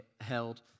held